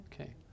okay